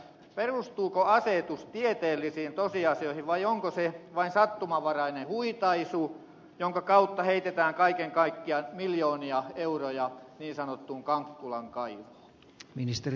perustuuko asetus tieteellisiin tosiasioihin vai onko se vain sattumanvarainen huitaisu jonka kautta heitetään kaiken kaikkiaan miljoonia euroja niin sanottuun kankkulan kaivoon